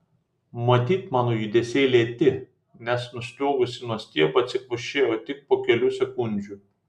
matyt mano judesiai lėti nes nusliuogusi nuo stiebo atsikvošėju tik po kelių sekundžių